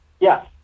Yes